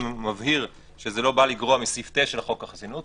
ומבהיר שזה לא בא לגרוע מסעיף 9 לחוק החסינות,